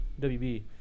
WB